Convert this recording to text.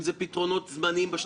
אם זה פתרונות זמניים.